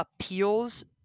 appeals